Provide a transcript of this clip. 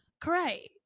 correct